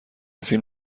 فیلم